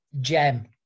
gem